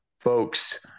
folks